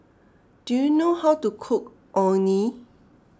do you know how to cook Orh Nee